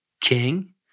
king